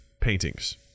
paintings